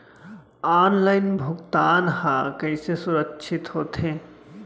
Online भुगतान हा कइसे सुरक्षित होथे?